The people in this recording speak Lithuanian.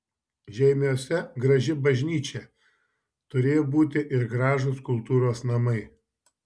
žeimiuose graži bažnyčia turėjo būti ir gražūs kultūros namai